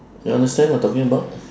you understand what I'm talking about